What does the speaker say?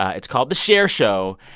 it's called the cher show.